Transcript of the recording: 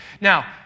Now